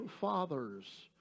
fathers